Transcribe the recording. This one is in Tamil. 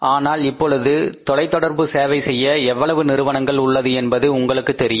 ஆனால் இப்பொழுது தொலைத் தொடர்பு சேவை செய்ய எவ்வளவு நிறுவனங்கள் உள்ளது என்பது உங்களுக்கு தெரியும்